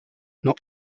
not